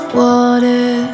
water